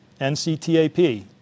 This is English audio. NCTAP